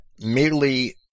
Merely